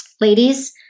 ladies